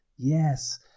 Yes